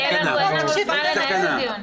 אין לנו זמן לנהל את הדיון.